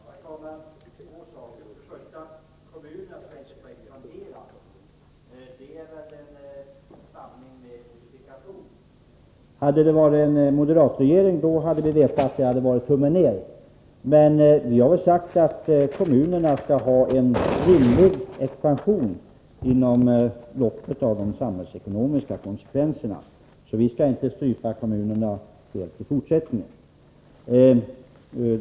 Herr talman! Ett par saker. Kommunerna skall inte expandera, säger moderaterna. Det är väl en sanning med modifikation. Hade vi haft en moderat civilminister och en moderat finansminister, då hade vi vetat att det hade varit tummen ner. Vi har från socialdemokratisk sida sagt att kommunerna skall ha en rimlig expansion inom ramen för de samhällsekonomiska budgetkonsekvenserna. Vi skall inte helt strypa den kommunala verksamheten i fortsättningen.